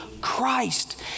Christ